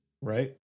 Right